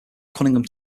cunningham